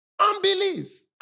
Unbelief